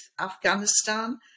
Afghanistan